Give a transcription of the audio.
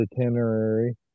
itinerary